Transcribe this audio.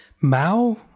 Mao